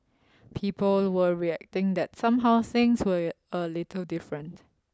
people were reacting that somehow things were a little different